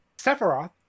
Sephiroth